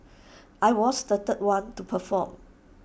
I was the third one to perform